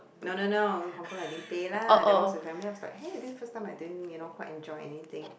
no no no hong-kong I didn't pay lah that was the family was like hey this the first time I didn't you know quite enjoy anything